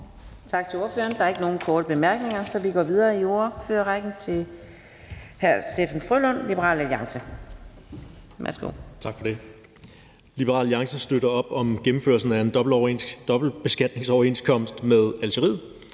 Tak til ordføreren. Der er ikke nogen korte bemærkninger, så vi går videre i ordførerrækken til hr. Steffen W. Frølund, Liberal Alliance. Værsgo. Kl. 15:20 (Ordfører) Steffen W. Frølund (LA): Tak for det. Liberal Alliance støtter op om gennemførelsen af en dobbeltbeskatningsoverenskomst med Algeriet.